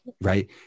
Right